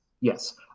Yes